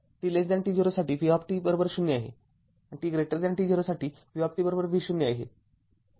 t t0 साठी v0 आहे आणि tt0 साठी vV0 आहे